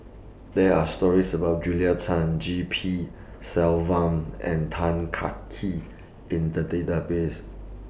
There Are stories about Julia Tan G P Selvam and Tan Kah Kee in The Database